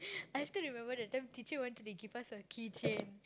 I still remember that time teacher wanted to give us a key chain